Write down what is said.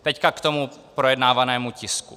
Teď k tomu projednávanému tisku.